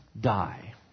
die